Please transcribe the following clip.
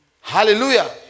Hallelujah